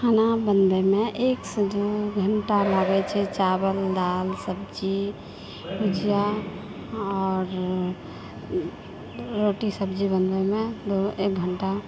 खाना बनबैमे एकसऽ दू घण्टा लागै छै चावल दालि सब्जी भुजिया आओर रोटी सब्जी बनबैमे एक घण्टा